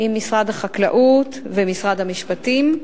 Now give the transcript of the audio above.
עם משרד החקלאות ומשרד המשפטים.